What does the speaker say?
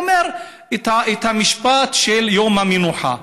הוא אומר את המשפט של יום המנוחה,